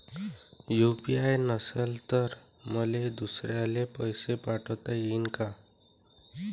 UPI नसल तर मले दुसऱ्याले पैसे पाठोता येईन का?